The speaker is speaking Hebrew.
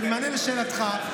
במענה לשאלתך,